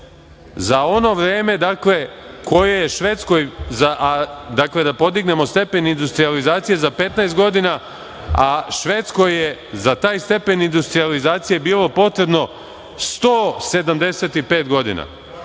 za ono vreme koje je Švedskoj, dakle, da podignemo stepen industrijalizacije za 15 godina a Švedskoj je za taj stepen industrijalizacije bilo potrebno 175 godina.